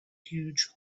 huge